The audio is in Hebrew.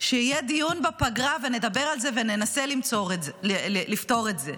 שיהיה דיון בפגרה ונדבר על זה וננסה לפתור את זה.